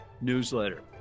newsletter